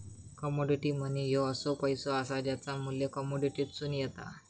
commodity money ह्यो असो पैसो असा ज्याचा मू्ल्य कमोडिटीतसून येता